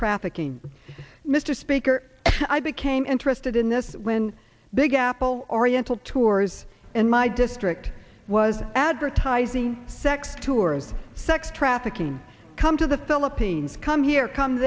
trafficking mr speaker i became interested in this when big apple oriental tours in my district was advertising sex tourists sex trafficking come to the philippines come here come